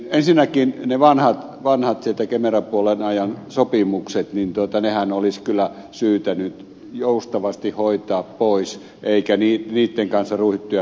ensinnäkin ne vanhat kemera puolen ajan sopimukset olisi kyllä syytä nyt joustavasti hoitaa pois eikä niitten kanssa ryhtyä pelleilemään